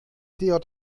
djh